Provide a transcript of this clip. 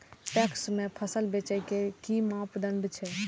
PACS में फसल बेचे के कि मापदंड छै?